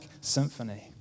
symphony